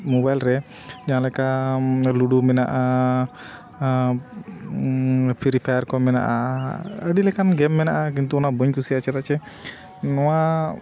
mobile ᱨᱮ ᱡᱟᱦᱟᱸ ᱞᱮᱠᱟ ᱞᱩᱰᱩ ᱢᱮᱱᱟᱜᱼᱟ ᱯᱷᱤᱨᱤ ᱯᱷᱟᱭᱟᱨ ᱠᱚ ᱢᱮᱱᱟᱜᱼᱟ ᱟᱹᱰᱤ ᱞᱮᱠᱟᱱ ᱜᱮᱢ ᱢᱮᱱᱟᱜᱼᱟ ᱠᱤᱱᱛᱩ ᱚᱱᱟ ᱵᱟᱹᱧ ᱠᱩᱥᱤᱭᱟᱜᱼᱟ ᱪᱮᱫᱟᱜ ᱪᱮ ᱱᱚᱣᱟ